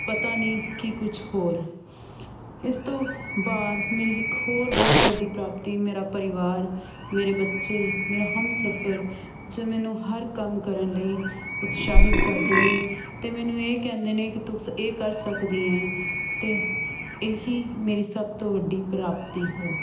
ਪਤਾ ਨਹੀਂ ਕੀ ਕੁਛ ਹੋਰ ਇਸ ਤੋਂ ਬਾਅਦ ਮੇਰੀ ਇੱਕ ਹੋਰ ਬਹੁਤ ਵੱਡੀ ਪ੍ਰਾਪਤੀ ਮੇਰਾ ਪਰਿਵਾਰ ਮੇਰੇ ਬੱਚੇ ਮੇਰਾ ਹਮਸਫਰ ਜੋ ਮੈਨੂੰ ਹਰ ਕੰਮ ਕਰਨ ਲਈ ਉਤਸ਼ਾਹਿਤ ਕਰਦੇ ਨੇ ਅਤੇ ਮੈਨੂੰ ਇਹ ਕਹਿੰਦੇ ਨੇ ਕਿ ਤੁਸ ਇਹ ਕਰ ਸਕਦੀ ਹੈ ਅਤੇ ਇਹੀ ਮੇਰੀ ਸਭ ਤੋਂ ਵੱਡੀ ਪ੍ਰਾਪਤੀ ਹੈ